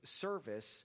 service